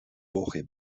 woche